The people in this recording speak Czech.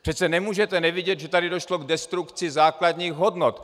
Přece nemůžete nevidět, že tady došlo k destrukci základních hodnot.